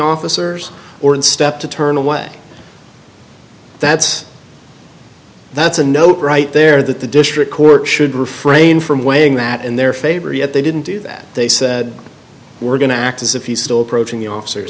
officers or in step to turn away that's that's a note right there that the district court should refrain from weighing that in their favor yet they didn't do that they said we're going to act as if he's still approaching the officers